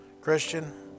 Christian